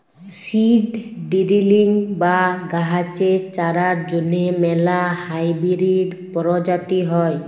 seed drilling বা গাহাচের চারার জ্যনহে ম্যালা হাইবিরিড পরজাতি হ্যয়